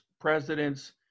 presidents